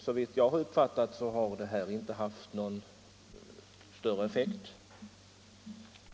Såvitt jag uppfattat har detta icke haft någon större effekt.